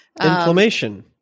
inflammation